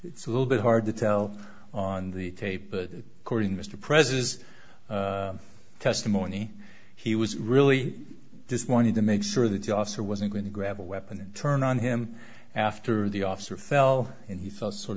it's a little bit hard to tell on the tape but according mr prez's testimony he was really just wanted to make sure that the officer wasn't going to grab a weapon and turn on him after the officer fell and he